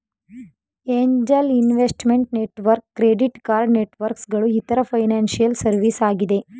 angel investment network, credit card networks ಗಳು ಇತರ financial service ಆಗಿದೆ